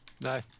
No